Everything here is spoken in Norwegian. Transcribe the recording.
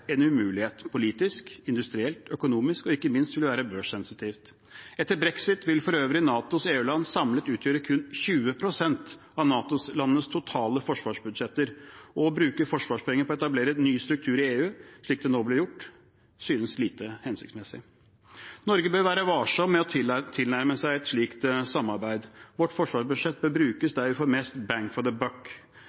en umulighet politisk, industrielt, økonomisk, og ikke minst vil det være børssensitivt. Etter brexit vil for øvrig NATOs EU-land samlet utgjøre kun 20 pst. av NATO-landenes totale forsvarsbudsjetter, og å bruke forsvarspenger på å etablere en ny struktur i EU, slik det nå blir gjort, synes lite hensiktsmessig. Norge bør være varsom med å tilnærme seg et slikt samarbeid. Vårt forsvarsbudsjett bør brukes der vi får mest «bang for